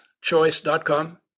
choice.com